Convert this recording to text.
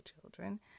children